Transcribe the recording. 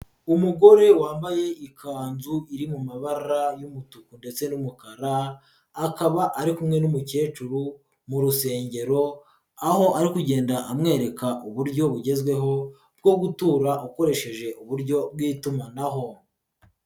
Umugore wambaye ikanzu iri mu mabara y'umutuku ndetse n'umukara, akaba ari kumwe n'umukecuru mu rusengero, aho ari kugenda amwereka uburyo bugezweho bwo gutura akoresheje uburyo bw'itumanaho.